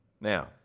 Now